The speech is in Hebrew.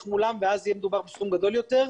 מולם ואז יהיה מדובר בסכום גדול יותר.